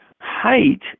height